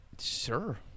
Sure